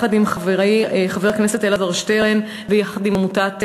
יחד עם חברי חבר הכנסת אלעזר שטרן ויחד עם עמותת "עתים",